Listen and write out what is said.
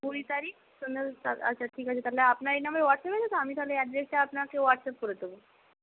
কুড়ি তারিখ সন্ধ্যে আচ্ছা ঠিক আছে তাহলে আপনার এই নাম্বারে হোয়াটসঅ্যাপ আছে তো আমি তাহলে অ্যাড্রেসটা আপনাকে হোয়াটসঅ্যাপ করে দেবো